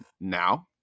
now